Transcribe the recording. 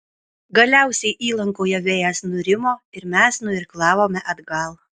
galiausiai įlankoje vėjas nurimo ir mes nuirklavome atgal